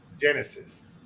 Genesis